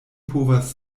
povas